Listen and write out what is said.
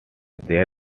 there